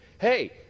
Hey